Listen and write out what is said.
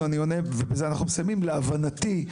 להבנתי,